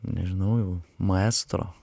nežinau jau maestro